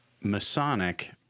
Masonic